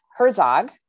Herzog